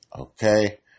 Okay